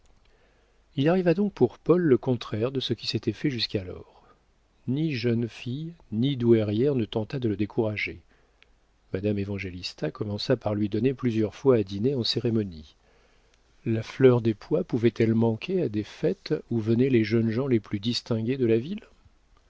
il arriva donc pour paul le contraire de ce qui s'était fait jusqu'alors ni jeune fille ni douairière ne tenta de le décourager madame évangélista commença par lui donner plusieurs fois à dîner en cérémonie la fleur des pois pouvait-elle manquer à des fêtes où venaient les jeunes gens les plus distingués de la ville